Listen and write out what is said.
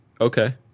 Okay